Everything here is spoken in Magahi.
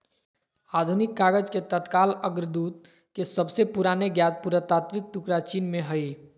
आधुनिक कागज के तत्काल अग्रदूत के सबसे पुराने ज्ञात पुरातात्विक टुकड़ा चीन में हइ